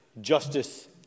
justice